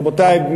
רבותי,